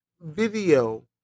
video